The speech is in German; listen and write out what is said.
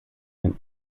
den